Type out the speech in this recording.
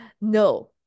no